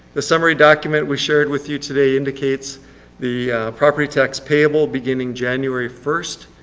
the summary document we shared with you today indicates the property tax payable beginning january first,